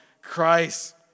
Christ